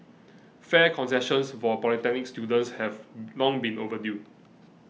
fare concessions for polytechnic students have long been overdue